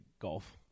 golf